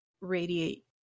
radiate